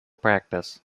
practice